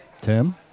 Tim